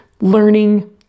learning